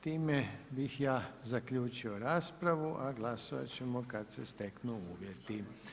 Time bih ja zaključio raspravu, a glasovat ćemo kad se steknu uvjeti.